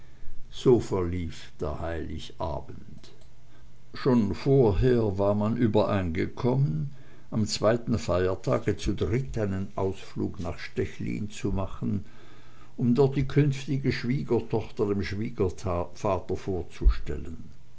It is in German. so verlief der heiligabend schon vorher war man übereingekommen am zweiten feiertage zu dritt einen ausflug nach stechlin zu machen um dort die künftige schwiegertochter dem schwiegervater vorzustellen